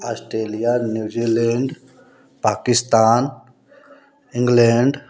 Australia New Zealand Pakistan England